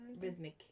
rhythmic